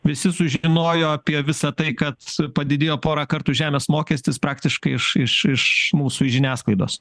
visi sužinojo apie visa tai kad padidėjo porą kartų žemės mokestis praktiškai iš iš iš mūsų žiniasklaidos